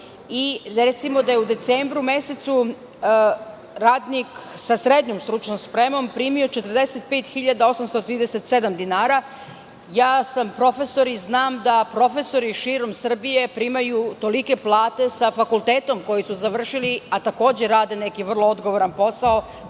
recimo da je u decembru mesecu radnik sa SSS primio 45.837. dinara. Ja sam profesor i znam da profesori širom Srbije primaju tolike plate sa fakultetom koji su završili, a takođe radne neki vrlo odgovoran posao